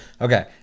Okay